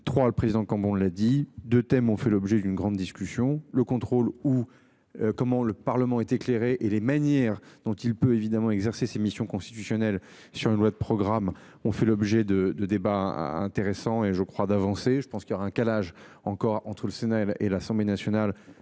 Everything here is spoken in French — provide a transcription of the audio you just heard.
trois le président comme on l'a dit 2 thèmes ont fait l'objet d'une grande discussion le contrôle ou. Comment le Parlement est éclairé et les manières dont il peut évidemment exercer ses missions constitutionnelles sur une loi de programme ont fait l'objet de de débats intéressants et je crois d'avancer, je pense qu'il y aura un calage encore en tout le CNL et l'Assemblée nationale